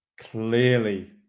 clearly